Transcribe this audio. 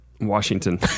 Washington